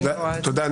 תודה.